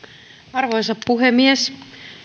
arvoisa puhemies